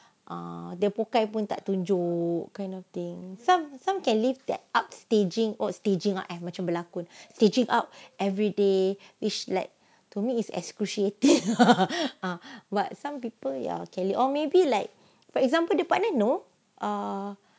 ah dia bukan pun tak tunjuk kind of thing some some can leave that up staging on staging eh macam berlakon staging up everyday which like to me it's excruciating ah but some people ya carry on maybe like for example dia partner no ah